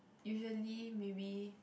usually maybe